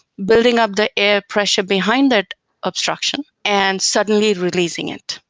building up the air pressure behind that obstruction and suddenly releasing it,